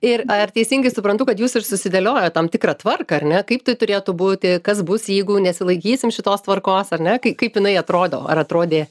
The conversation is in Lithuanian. ir ar teisingai suprantu kad jūs ir susidėliojot tam tikrą tvarką ar ne kaip tai turėtų būti kas bus jeigu nesilaikysim šitos tvarkos ar ne kai kaip jinai atrodo ar atrodė